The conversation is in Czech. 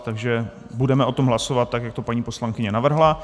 Takže budeme o tom hlasovat tak, jak paní poslankyně navrhla.